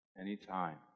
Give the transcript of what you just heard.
Anytime